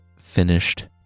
finished